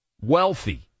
wealthy